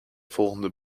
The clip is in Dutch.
volgende